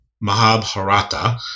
Mahabharata